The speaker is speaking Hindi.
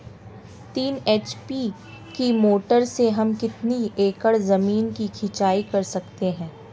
तीन एच.पी की मोटर से हम कितनी एकड़ ज़मीन की सिंचाई कर सकते हैं?